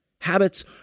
Habits